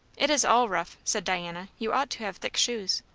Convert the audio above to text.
it is all rough, said diana. you ought to have thick shoes.